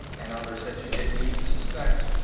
and others that you didn't even suspect.